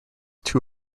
two